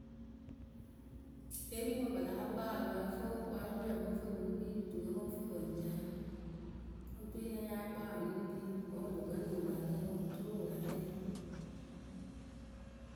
Temuwǝ pɨ láa kpaa wǝ pɨ lǝ́ǝ fɨ warɨpirǝ pɨ ŋ fɨ pɨ ŋ kpii rɨ tuwǝ pɨ ŋ fɨ pɨ ŋ ca oturu nya nya kpaa nyɨŋ kpii wǝ́ wɨ lǝ kǝ nɨŋ wɨ la lɛ wǝǝ oturu wɨ la lɛ.